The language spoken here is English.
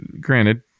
granted